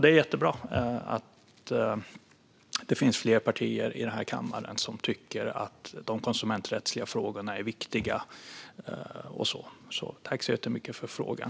Det är jättebra att det finns fler partier i denna kammare som tycker att de konsumenträttsliga frågorna är viktiga, så jag tackar så mycket för frågan.